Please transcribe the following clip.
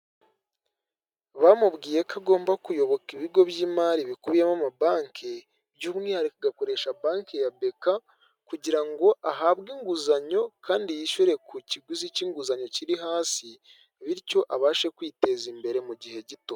Bamubwiye ko agomba kuyoboka ibigo by'imari bikubiyemo ama banke by'umwihariko agakoresha banki ya beka, kugira ngo ahabwe inguzanyo kandi yishyure ku kiguzi cy'inguzanyo kiri hasi bityo abashe kwiteza imbere mu gihe gito.